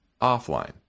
offline